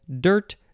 dirt